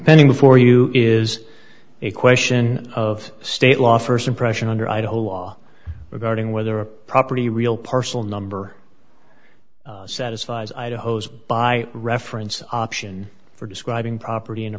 g before you is a question of state law st impression under idaho law regarding whether a property real parcel number satisfies idaho's by reference option for describing property in a